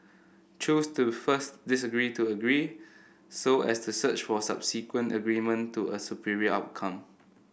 choose to first disagree to agree so as to search for subsequent agreement to a superior outcome